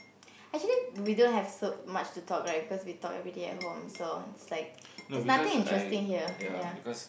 actually we don't have so much to talk right because we talk everyday at home so it's like there's nothing interesting here ya